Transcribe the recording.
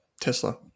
Tesla